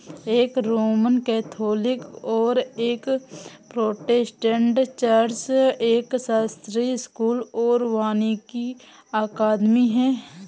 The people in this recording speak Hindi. एक रोमन कैथोलिक और एक प्रोटेस्टेंट चर्च, एक शास्त्रीय स्कूल और वानिकी अकादमी है